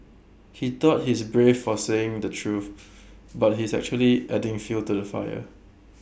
he thought he's brave for saying the truth but he's actually adding fuel to the fire